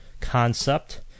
concept